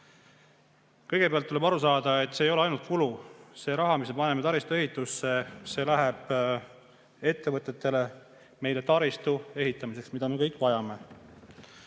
kõigepealt aru saada, et see ei ole ainult kulu. See raha, mille paneme taristu ehitusse, läheb ettevõtetele meile taristu ehitamiseks, mida me kõik vajame.